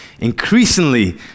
increasingly